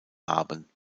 haben